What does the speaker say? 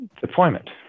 deployment